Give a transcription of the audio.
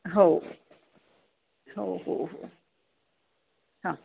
हो हो हो हो हां